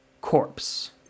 corpse